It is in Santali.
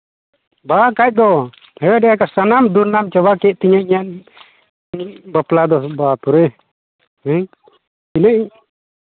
ᱵᱟᱝ ᱠᱷᱟᱱ ᱫᱚ ᱦᱮᱸ ᱥᱟᱱᱟᱢ ᱫᱩᱨᱱᱟᱢ ᱪᱟᱵᱟ ᱠᱮᱫ ᱛᱤᱧᱟᱹᱭ ᱤᱧᱟᱹᱝ ᱤᱧᱟᱹᱜ ᱵᱟᱯᱞᱟ ᱫᱚ ᱵᱟᱯᱨᱮ ᱦᱮᱸ ᱛᱤᱱᱟᱹᱜ ᱤᱧ